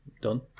done